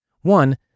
One